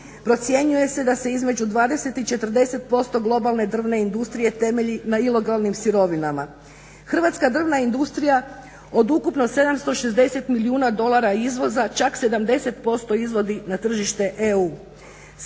Procjenjuje se da se između 20 i 40% globalne drvne industrije temelji na ilegalnim sirovinama. Hrvatska drvna industrija od ukupno 760 milijuna dolara izvoza čak 70% izvozi na tržište EU.